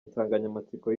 insanganyamatsiko